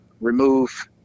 remove